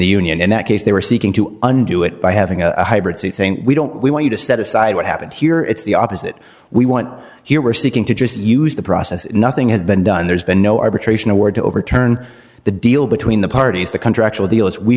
the union and that case they were seeking to undo it by having a hybrid say think we don't we want you to set aside what happened here it's the opposite we want here we're seeking to just use the process nothing has been done there's been no arbitration award to overturn the deal between the parties the contractual deal is we